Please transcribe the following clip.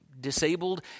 disabled